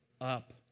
up